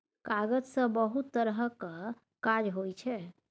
कागज सँ बहुत तरहक काज होइ छै